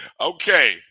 Okay